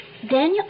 Daniel